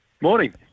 Morning